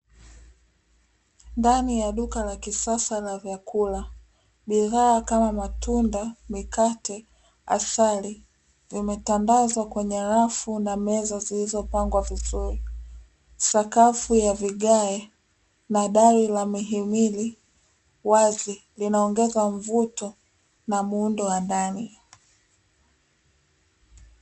Damu ya duka la kisasa la vyakula, bidhaa kama: matunda, mikate, asali; vimetandazwa kwenye rafu na meza zilizopangwa vizuri. Sakafu ya vigae na dari la mihimili wazi linaongeza mvuto na muundo wa ndani.